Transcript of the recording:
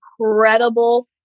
incredible